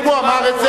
אם הוא אמר את זה,